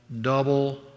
double